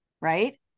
right